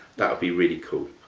that would be really cool.